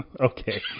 Okay